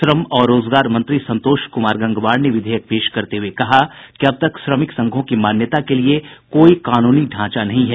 श्रम और रोजगार मंत्री संतोष कुमार गंगवार ने विधेयक पेश करते हुए कहा कि अब तक श्रमिक संघों की मान्यता के लिए कोई कानूनी ढांचा नहीं है